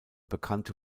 bekannte